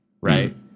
Right